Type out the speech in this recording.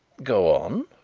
go on,